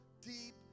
deep